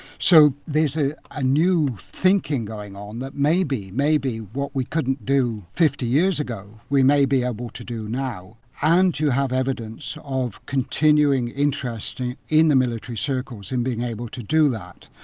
so there's a ah new thinking going on that maybe, maybe what we couldn't do fifty years ago we may be able to do now. and you have evidence of continuing interest in in the military circles in being able to do that.